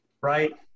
right